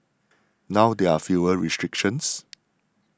now there are fewer restrictions